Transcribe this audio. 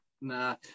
Nah